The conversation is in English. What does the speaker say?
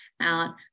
out